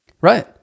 Right